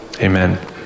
amen